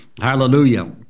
Hallelujah